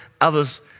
others